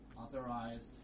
Authorized